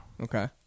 Okay